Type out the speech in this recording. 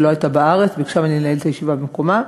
שלא הייתה בארץ וביקשה ממני לנהל את הישיבה במקומה.